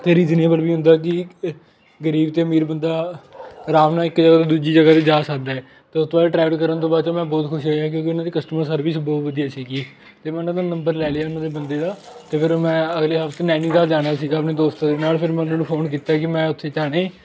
ਅਤੇ ਰੀਜ਼ਨੇਬਲ ਵੀ ਹੁੰਦਾ ਕਿ ਅ ਗਰੀਬ ਅਤੇ ਅਮੀਰ ਬੰਦਾ ਆਰਾਮ ਨਾਲ ਇੱਕ ਜਗ੍ਹਾ ਤੋਂ ਦੂਜੀ ਜਗ੍ਹਾ 'ਤੇ ਜਾ ਸਕਦਾ ਹੈ ਅਤੇ ਉਸ ਤੋਂ ਬਾਅਦ ਟਰੈਵਲ ਕਰਨ ਤੋਂ ਬਾਅਦ 'ਚੋਂ ਮੈਂ ਬਹੁਤ ਖੁਸ਼ ਹੋਇਆ ਕਿਉਂਕਿ ਉਹਨਾਂ ਦੀ ਕਸਟਮਰ ਸਰਵਿਸ ਬਹੁਤ ਵਧੀਆ ਸੀਗੀ ਅਤੇ ਮੈਂ ਉਹਨਾਂ ਦਾ ਮੈਂ ਨੰਬਰ ਲੈ ਲਿਆ ਉਹਨਾਂ ਦੇ ਬੰਦੇ ਦਾ ਅਤੇ ਫਿਰ ਮੈਂ ਅਗਲੇ ਹਫ਼ਤੇ ਨੈਨੀਤਾਲ ਜਾਣਾ ਸੀਗਾ ਆਪਣੇ ਦੋਸਤ ਦੇ ਨਾਲ ਫਿਰ ਮੈਂ ਉਹਨਾਂ ਨੂੰ ਫ਼ੋਨ ਕੀਤਾ ਕਿ ਮੈਂ ਉੱਥੇ ਜਾਣਾ ਹੈ